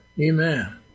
Amen